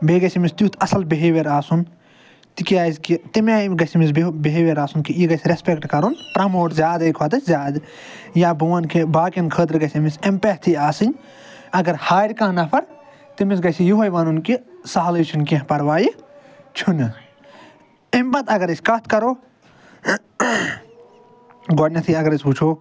بیٚیہِ گَژھِ أمِس تیُتھ اصٕل بِہیویَر آسُن تِکیٛازکہِ تَمہِ آیہِ گَژھِ أمِس بِہیویَر آسُن کہِ یہِ گژھِ رٮ۪سپٮ۪کٹ کَرُن پرٛموٹ زیادَے کھۄتہٕ زیادٕ یا بہٕ وَنہٕ کہِ باقیَن خٲطرٕ گَژھِ أمِس اٮ۪مپیتھی آسٕنۍ اگر ہارِ کانٛہہ نفر تٔمِس گژھِ یِہوٚے وَنُن کہِ سہلٕے چھُنہٕ کیٚنٛہہ پَروایہِ چھُنہٕ اَمہِ پَتہٕ اگر أسۍ کَتھ کَرو گۄڈٕنٮ۪تھٕے اگر أسۍ وٕچھو